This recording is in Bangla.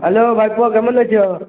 হ্যালো ভাইপো কেমন আছো